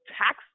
tax